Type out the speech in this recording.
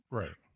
right